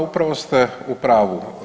Upravo ste u pravu.